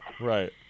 Right